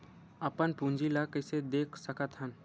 अपन पूंजी ला कइसे देख सकत हन?